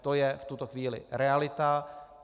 To je v tuto chvíli realita.